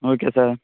okay sir